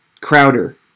Crowder